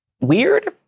weird